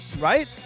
right